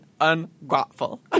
Ungrateful